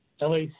LAC